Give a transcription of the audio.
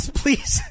please